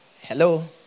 hello